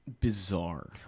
bizarre